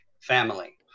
family